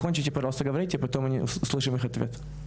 להם טיפה יותר שמחה ותקווה בשנים האחרונות שנשארו להם בחיים.